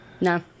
No